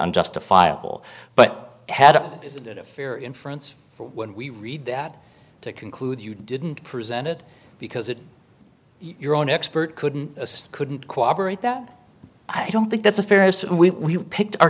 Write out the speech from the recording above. and justifiable but had a fair inference when we read that to conclude you didn't present it because it your own expert couldn't couldn't cooperate that i don't think that's a fair as we picked our